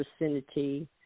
vicinity